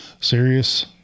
serious